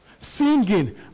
Singing